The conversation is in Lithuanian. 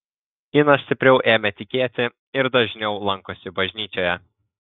ina stipriau ėmė tikėti ir dažniau lankosi bažnyčioje